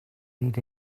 need